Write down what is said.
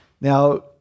now